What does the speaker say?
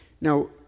Now